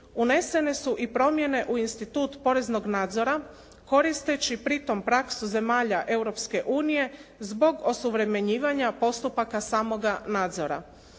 Unesene su i promjene u institut poreznog nadzora, koristeći pri tome praksu zemalja Europske unije zbog osuvremenjivanja postupaka samoga nadzora.